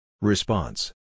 Response